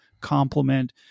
complement